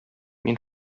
мин